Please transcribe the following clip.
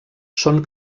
són